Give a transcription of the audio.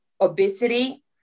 obesity